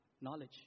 Knowledge